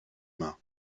main